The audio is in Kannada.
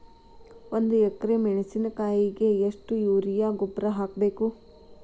ಒಂದು ಎಕ್ರೆ ಮೆಣಸಿನಕಾಯಿಗೆ ಎಷ್ಟು ಯೂರಿಯಾ ಗೊಬ್ಬರ ಹಾಕ್ಬೇಕು?